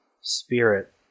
spirit